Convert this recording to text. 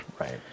Right